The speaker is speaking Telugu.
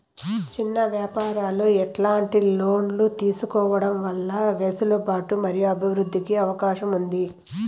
చిన్న వ్యాపారాలు ఎట్లాంటి లోన్లు తీసుకోవడం వల్ల వెసులుబాటు మరియు అభివృద్ధి కి అవకాశం ఉంది?